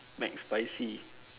Mcspicy